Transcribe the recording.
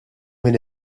minn